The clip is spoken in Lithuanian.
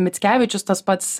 mickevičius tas pats